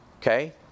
Okay